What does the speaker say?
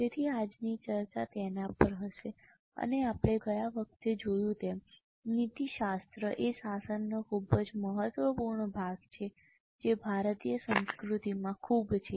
તેથી આજની ચર્ચા તેના પર હશે અને આપણે ગયા વખતે જોયું તેમ નીતિશાસ્ત્ર એ શાસનનો ખૂબ જ મહત્વપૂર્ણ ભાગ છે જે ભારતીય સંસ્કૃતિ માં ખૂબ જ છે